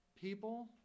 People